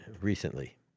recently